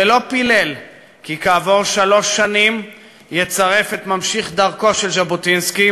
ולא פילל כי כעבור שלוש שנים יצרף את ממשיך דרכו של ז'בוטינסקי,